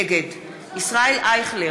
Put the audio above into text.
נגד ישראל אייכלר,